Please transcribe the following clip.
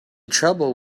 trouble